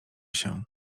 się